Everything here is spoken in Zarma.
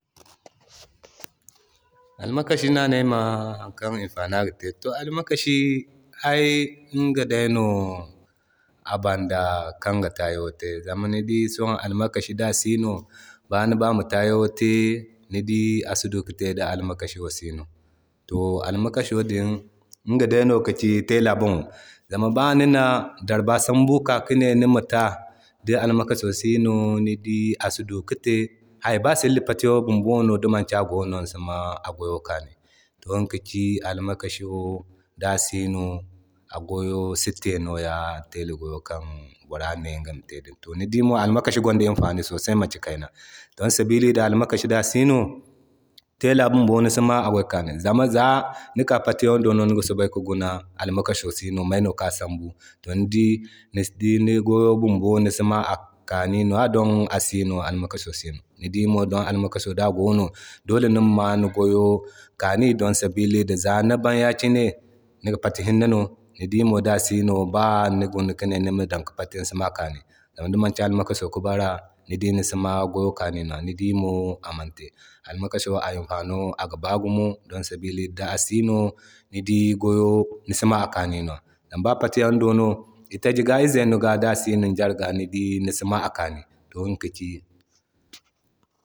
Almakasi no a ne ayma hari kan a imfano aga te. To almakashi ay inga day no a banda kanga taayano te zama ni di almakashi da si no ba ni ba Nima taayno te, ni dii asi duka te da almakasho sino. To almakasho din iga day kaci tela boŋo zama bani na darba sambu kika ki ne nima taa di almakaso sino ni dii asi duka te. Hay! ba silli patiyan bumbono ni di maci agono no nisi maa a goyo kaani. To iga ka ci almashi wo da si no agoyo si duka te tela goyo kan bora mane iŋgama te din. To ni dii mo almakashi gwanda imfani sosai manki kayna, don sabili da almakashi da sino tela bumbo nisima a gwayo kaani, zama za ni ka patiyaŋo do no niga dika guna almakashi mayka sambu. To ni dii ni nisi dii ni goyo bumbo nisima a kaani nwa, don a sino almakasho sino. Ni dii mo don almakasho mo don da goono dole nima ma ni goyo kaani don sabili da zan ni bay yakine niga pati hinnin no. Ni dii mo da sino ba niga hini Kane Nima Dan ka pati nisima a Kano. Zama ni dii manki almakasho ka bara ni dii nisima gwayo kaani, ni dii mo amante Almakasho a imfano gi baa gumo don sabili da da sino ni dii goyo nisi ma a kaani nwa. Zama ba patiyan do no itaji ga izane ga da sino nisima a kaani. To iga ka ci.